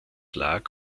lag